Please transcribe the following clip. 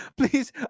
please